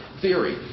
theory